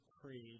Creed